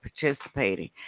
participating